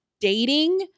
dating